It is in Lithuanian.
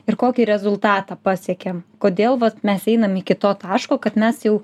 ir kokį rezultatą pasiekėm kodėl vat mes einam iki to taško kad mes jau